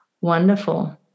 Wonderful